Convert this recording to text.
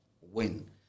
win